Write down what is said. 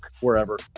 wherever